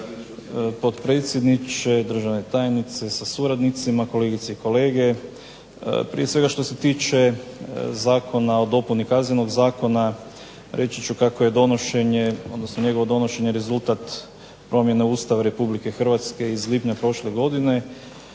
potpredsjedniče, državna tajnice sa suradnicima, kolegice i kolege. Prije svega što se tiče Zakona o dopuni Kaznenog zakona reći ću kako je donošenje odnosno njegovo donošenje rezultat promjene Ustava Republike Hrvatske iz lipnja prošle godine